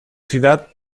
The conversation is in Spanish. ciudad